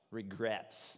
regrets